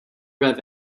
rev